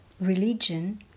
religion